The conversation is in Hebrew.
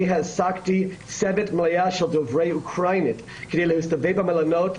אני העסקתי צוות של דוברי אוקראינית כדי להסתובב במלונות,